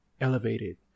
elevated